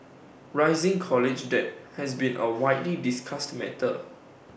rising college debt has been A widely discussed matter